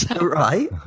Right